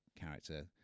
character